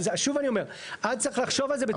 שוב אני אומר, אז צריך לחשוב על זה בצורה אחרת.